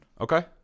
Okay